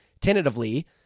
tentatively